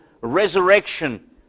resurrection